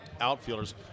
outfielders